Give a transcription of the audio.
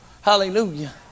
hallelujah